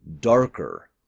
darker